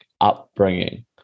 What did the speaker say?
upbringing